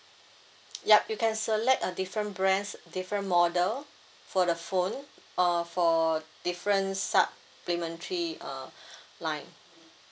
yup you can select a different brands different model for the phone uh for different supplementary uh line